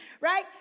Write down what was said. right